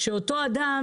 שאותו אדם,